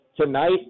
tonight